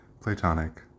platonic